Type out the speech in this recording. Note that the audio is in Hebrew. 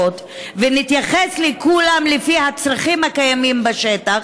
ונתייחס לכולם לפי הצרכים הקיימים בשטח,